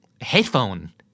headphone